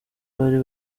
bari